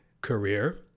career